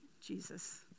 Jesus